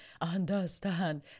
understand